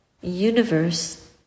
universe